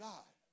God